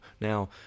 Now